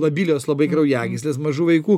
labilios labai kraujagyslės mažų vaikų